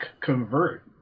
convert